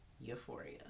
Euphoria